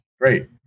great